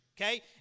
okay